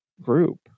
group